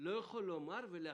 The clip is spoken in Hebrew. לא יכול להכתיב